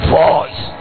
voice